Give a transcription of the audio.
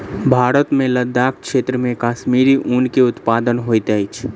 भारत मे लदाख क्षेत्र मे कश्मीरी ऊन के उत्पादन होइत अछि